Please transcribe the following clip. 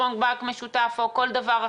חשבון בנק משותף או כל דבר אחר?